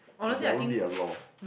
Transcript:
there there won't be a law